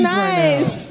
nice